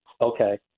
Okay